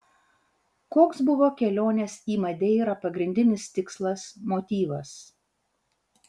koks buvo kelionės į madeirą pagrindinis tikslas motyvas